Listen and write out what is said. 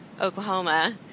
Oklahoma